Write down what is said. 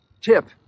tip